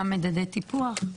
גם מדדי טיפוח.